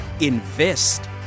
Invest